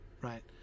right